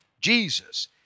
Jesus